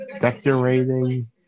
decorating